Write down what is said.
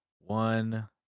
one